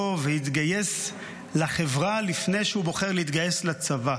ויתגייס לחברה לפני שהוא בוחר להתגייס לצבא.